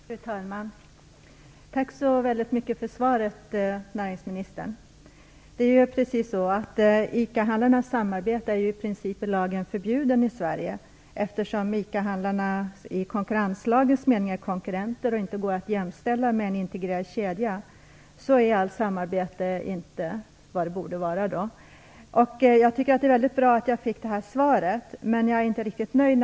Fru talman! Tack så väldigt mycket för svaret, näringsministern! Det är just så att ICA-handlarnas samarbete i princip är i lagen förbjudet i Sverige, eftersom ICA handlarna i konkurrenslagens mening är konkurrenter och inte går att jämställa med en integrerad kedja. Allt samarbete är då inte vad det borde vara. Jag tycker att det är mycket bra att jag har fått det här svaret, men jag är naturligtvis inte riktigt nöjd.